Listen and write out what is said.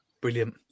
Brilliant